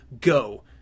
go